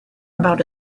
about